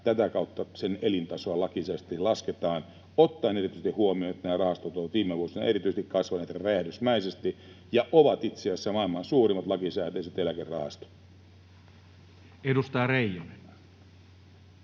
tätä kautta lakisääteisesti lasketaan, ottaen erityisesti huomioon, että nämä rahastot ovat erityisesti viime vuosina kasvaneet räjähdysmäisesti ja ovat itse asiassa maailman suurimmat lakisääteiset eläkerahastot. Edustaja Reijonen.